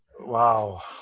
Wow